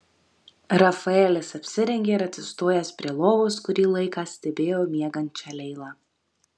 rafaelis apsirengė ir atsistojęs prie lovos kurį laiką stebėjo miegančią leilą